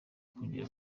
kongera